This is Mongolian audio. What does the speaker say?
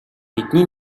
тэдний